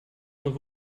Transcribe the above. und